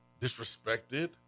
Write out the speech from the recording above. disrespected